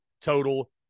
total